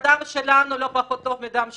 שהדם שלנו לא פחות טוב מהדם שלהם.